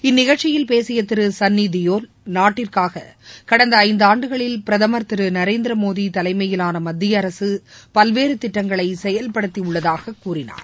இந்நிகழ்ச்சியில் பேசிய திரு சன்னி தியோல் நாட்டிற்காக கடந்த ஐந்தாண்டுகளில் பிரதமர் திரு நரேந்திரமோடி தலைமையிலான மத்திய அரசு பல்வேறு திட்டங்களை செயல்படுத்தியுள்ளதாக கூறினார்